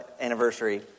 anniversary